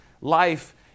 life